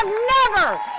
ah never